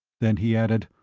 then he added,